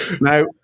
Now